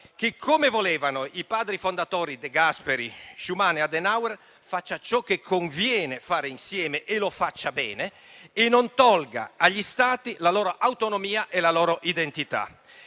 che, come volevano i padri fondatori De Gasperi, Schuman e Adenauer, faccia ciò che conviene fare insieme e lo faccia bene e non tolga agli Stati la loro autonomia e la loro identità.